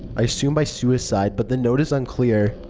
i assume by suicide, but the note is unclear.